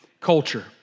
culture